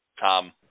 Tom